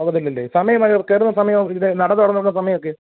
സമയം അത് കയറുന്ന സമയം ഇത് നട തുറന്നുവരുന്ന സമയം ഒക്കെയോ